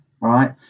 right